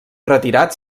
retirat